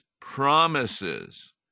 promises